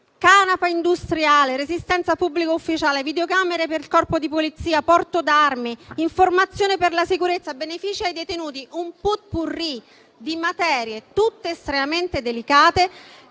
canapa industriale, resistenza a pubblico ufficiale, videocamere per il Corpo di polizia, porto d'armi, informazione per la sicurezza, benefici ai detenuti: un *pot-pourri* di materie, tutte estremamente delicate,